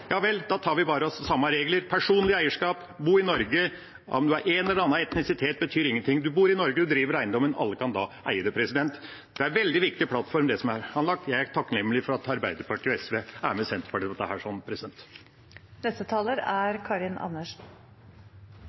Ja vel, da tar vi bare samme regler: personlig eierskap, bo i Norge, og om en har en eller annen etnisitet, betyr ingenting. En bor i Norge, en driver eiendommen. Alle kan da eie det. Det er en veldig viktig plattform, det som her er anlagt, og jeg er takknemlig for at Arbeiderpartiet og SV er sammen med Senterpartiet om dette. Jeg skulle gjerne sett at det